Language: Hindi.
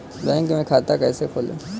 बैंक में खाता कैसे खोलें?